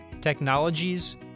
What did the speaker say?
technologies